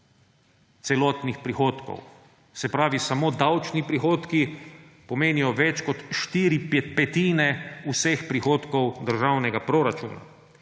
celotnih prihodkov. Se pravi, samo davčni prihodki pomenijo več kot štiri petine vseh prihodkov državnega proračuna.